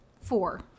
four